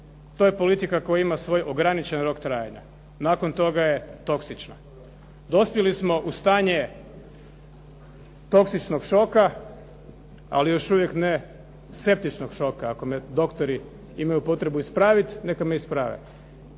To je politika koja ima svoj ograničen rok trajanja. Nakon toga je toksična. Dospjeli smo u stanje toksičnog šoka, ali još uvijek ne septičnog šoka, ako me doktori imaju potrebu ispraviti, neka me isprave.